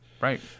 Right